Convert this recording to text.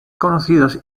conocidos